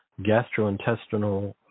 gastrointestinal